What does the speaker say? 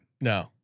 No